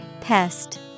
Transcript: Pest